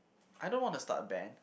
I don't wanna start a band